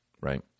right